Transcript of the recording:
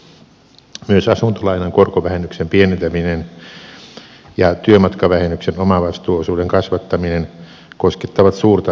myös asuntolainan korkovähennyksen pienentäminen ja työmatkavähennyksen omavastuuosuuden kasvattaminen koskettavat suurta veronmaksajajoukkoa